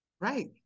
Right